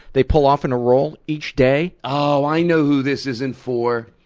they pull off in a roll each day. oh, i know who this isn't for.